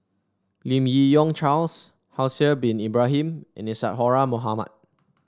Lim Yi Yong Charles Haslir Bin Ibrahim and Isadhora Mohamed